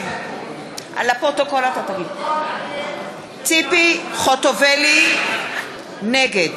הכנסת) ציפי חוטובלי, נגד